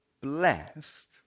Blessed